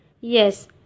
Yes